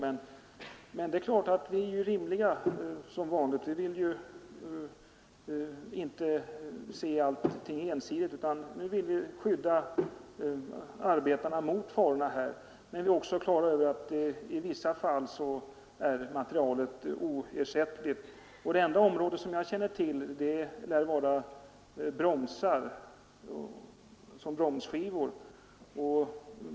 Men jag vill säga att det är klart att vi är rimliga, som vanligt, och vi vill inte se alltför ensidigt. Vi vill ju skydda arbetarna mot farorna, men vi är också klara över att materialet i vissa fall är oersättligt. Det enda område som jag känner till är användning av asbest för bromsskivor.